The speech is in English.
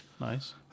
Nice